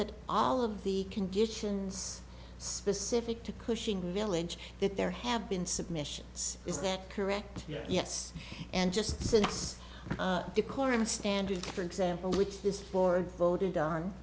that all of the conditions specific to cushing milledge that there have been submissions is that correct yes and just since decorum standard for example which this board voted on